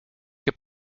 heb